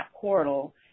portal